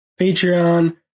Patreon